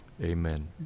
amen